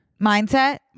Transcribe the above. Mindset